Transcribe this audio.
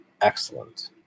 excellent